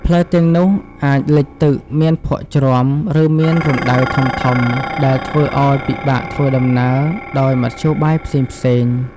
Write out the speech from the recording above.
ផ្លូវទាំងនោះអាច លិចទឹក មានភក់ជ្រាំ ឬមានរណ្តៅ ធំៗដែលធ្វើឲ្យពិបាកធ្វើដំណើរដោយមធ្យោបាយផ្សេងៗ។